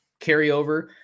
carryover